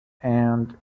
and